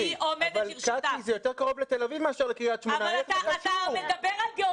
זה יותר קרוב לתל אביב מאשר לקריית שמונה,